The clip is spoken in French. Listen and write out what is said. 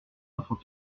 notre